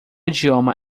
idioma